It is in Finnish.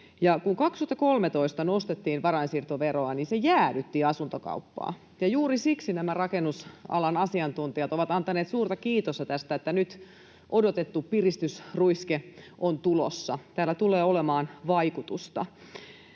kun 2013 nostettiin varainsiirtoveroa, niin se jäädytti asuntokauppaa, ja juuri siksi nämä rakennusalan asiantuntijat ovat antaneet suurta kiitosta tästä, että nyt odotettu piristysruiske on tulossa. Tällä tulee olemaan vaikutusta.